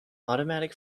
automatic